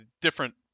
different